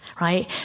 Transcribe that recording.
right